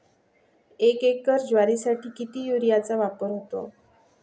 एक एकर ज्वारीसाठी किती युरियाचा वापर होतो?